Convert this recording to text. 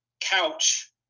couch